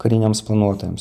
kariniams planuotojams